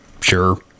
Sure